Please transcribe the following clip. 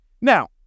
Now